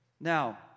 Now